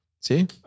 See